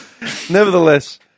Nevertheless